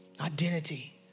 Identity